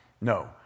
no